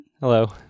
Hello